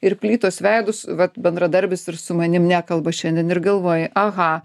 ir plytos veidus vat bendradarbis ir su manim nekalba šiandien ir galvoji aha